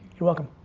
you're welcome.